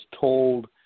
told